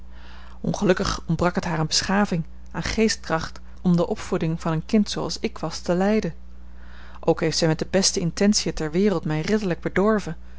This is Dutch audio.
ongelukkig ontbrak het haar aan beschaving aan geestkracht om de opvoeding van een kind zooals ik was te leiden ook heeft zij met de beste intentiën ter wereld mij ridderlijk bedorven